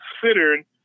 considered